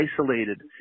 isolated